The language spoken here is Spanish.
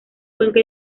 cuenca